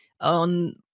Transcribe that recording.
on